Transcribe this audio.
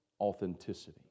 authenticity